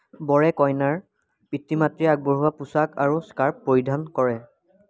বৰে কইনাৰ পিতৃ মাতৃয়ে আগবঢ়োৱা পোচাক আৰু স্কাৰ্ফ পৰিধান কৰে